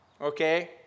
Okay